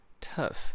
Tough